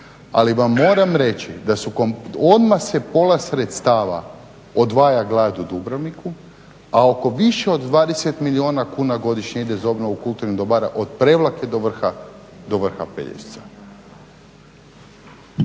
ali vam moram reći da su, odmah se pola sredstava odvaja gradu Dubrovniku, a oko više od 20 milijuna kuna godišnje ide za obnovu kulturnih dobara od Prevlake do vrha Pelješca.